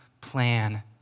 plan